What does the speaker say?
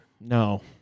No